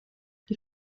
die